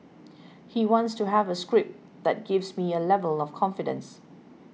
he wants to have a script that gives me a level of confidence